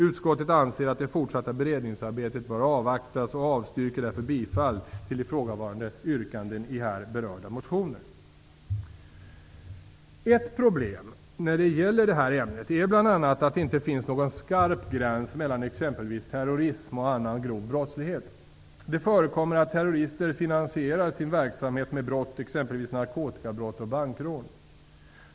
Utskottet anser att det fortsatta beredningsarbetet bör avvaktas och avstyrker därför bifall till ifrågavarande yrkanden i här berörda motioner. Ett problem när det gäller det här ämnet är att det inte finns någon skarp gräns mellan exempelvis terrorism och annan grov brottslighet. Det förekommer att terrorister finansierar sin verksamhet med brott, exempelvis narkotikabrott och bankrån.